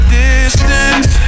distance